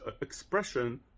expression